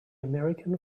american